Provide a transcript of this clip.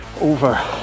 over